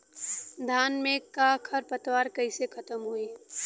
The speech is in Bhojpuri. धान में क खर पतवार कईसे खत्म होई?